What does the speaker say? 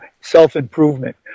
self-improvement